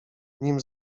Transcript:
nim